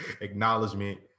acknowledgement